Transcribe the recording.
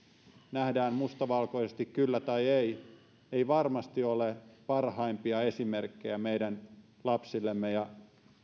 nähdään mustavalkoisesti kyllä tai ei ei varmasti ole parhaimpia esimerkkejä meidän lapsillemme ja